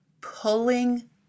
pulling